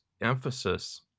emphasis